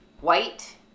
white